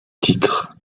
titre